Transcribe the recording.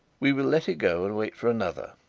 we will let it go and wait for another.